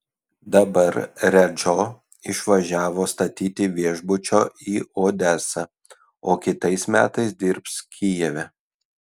dabar redžo išvažiavo statyti viešbučio į odesą o kitais metais dirbs kijeve